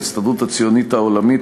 ההסתדרות הציונית העולמית,